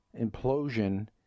implosion